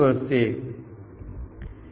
તે 50 થઈ જાય છે અને તે ચર્ચા માટે 61 થઈ જાય છે